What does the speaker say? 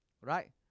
right